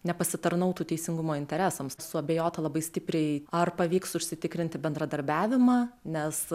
nepasitarnautų teisingumo interesams suabejota labai stipriai ar pavyks užsitikrinti bendradarbiavimą nes